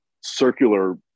circular